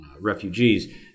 refugees